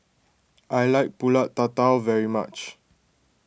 I like Pulut Tatal very much